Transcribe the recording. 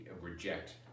reject